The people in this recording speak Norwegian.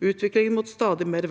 Utviklingen mot stadig mer